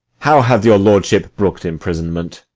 how hath your lordship brook'd imprisonment?